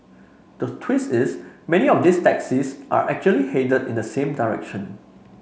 the twist is many of these taxis are actually headed in the same direction